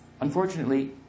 Unfortunately